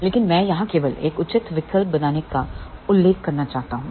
लेकिन मैं यहां केवल एक उचित विकल्प बनाने का उल्लेख करना चाहता हूं